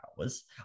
hours